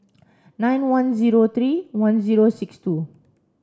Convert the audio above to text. nine one zero three one zero six two